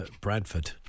Bradford